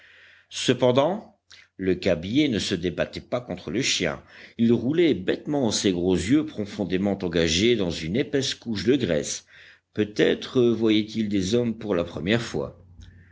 cependant le cabiai ne se débattait pas contre le chien il roulait bêtement ses gros yeux profondément engagés dans une épaisse couche de graisse peut-être voyait-il des hommes pour la première fois